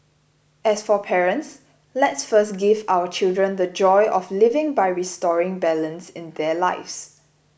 as for parents let's first give our children the joy of living by restoring balance in their lives